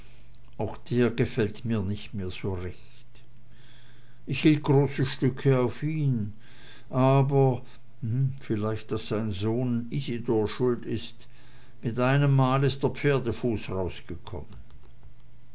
auch der gefällt mir nicht mehr so recht ich hielt große stücke von ihm aber vielleicht daß sein sohn isidor schuld ist mit einem mal ist der pferdefuß rausgekommen